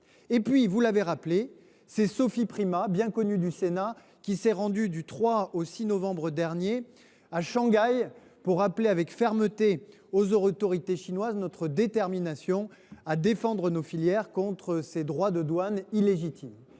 et donc sur le cognac. La ministre Sophie Primas, bien connue au Sénat, s’est rendue du 3 au 6 novembre dernier à Shanghai pour rappeler avec fermeté aux autorités chinoises notre détermination à défendre nos filières contre ces droits de douane illégitimes.